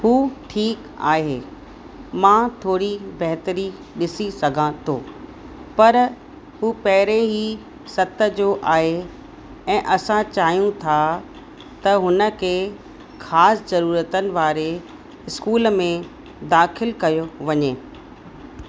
उहो ठीकु आहे मां थोरी बहितरी ॾिसी सघां थो पर उहो पहिरियों ई सत जो आहे ऐं असां चाहियूं था त हुन के ख़ासि जरूरतनि वारे स्कूल में दाख़िल कयो वञे